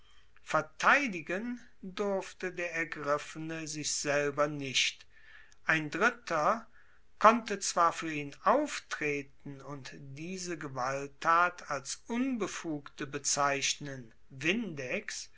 verteidigen durfte der ergriffene sich selber nicht ein dritter konnte zwar fuer ihn auftreten und diese gewalttat als unbefugte bezeichnen